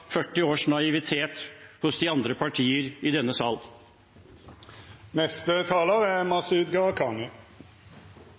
40 års naivitet hos de andre partiene i denne sal. Jeg tror representanten Hagen har glemt at det er